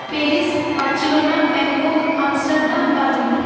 Paris Barcelona Bangkok Amsterdam Berlin